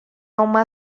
uma